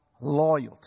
loyalty